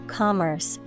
commerce